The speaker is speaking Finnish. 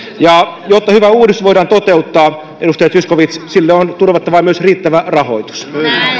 ja jotta hyvä uudistus voidaan toteuttaa edustaja zyskowicz sille on turvattava myös riittävä rahoitus